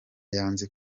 yanze